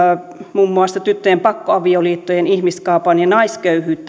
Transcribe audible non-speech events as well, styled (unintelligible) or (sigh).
muun muassa tyttöjen pakkoavioliittojen ihmiskaupan ja naisköyhyyden (unintelligible)